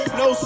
no